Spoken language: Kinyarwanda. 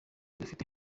dufite